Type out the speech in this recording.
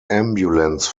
ambulance